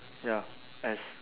ya S